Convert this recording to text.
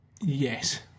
Yes